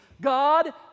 God